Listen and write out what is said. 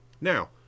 Now